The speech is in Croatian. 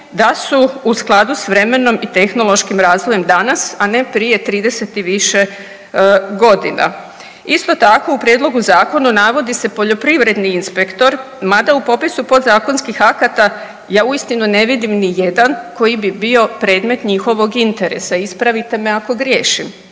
da su u skladu s vremenom i tehnološkim razvojem danas, a ne prije 30 i više godine. Isto tako u Prijedlogu zakona navodi se poljoprivredni inspektor, mada u popisu podzakonskih akata ja uistinu ne vidim ni jedan koji bi bio predmet njihovog interesa. Ispravite me ako griješim.